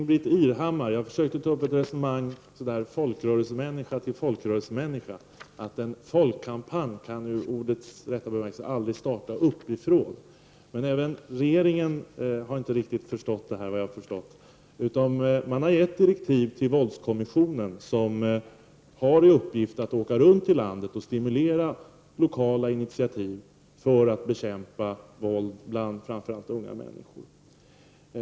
Fru talman! Jag försökte ta upp ett resonemang med Ingbritt Irhammar — oss folkrörelsemänniskor emellan. En folkkampanj kan aldrig, om man tar fasta på ordets rätta bemärkelse, starta uppifrån. Inte heller regeringen tycks alltså riktigt ha förstått detta. Man har gett våldskommissionen direktiv. Denna har ju i uppgift att se till att några åker runt i landet för att stimulera till lokala initiativ. Det gäller ju att bekämpa våldet, framför allt när det gäller unga människor.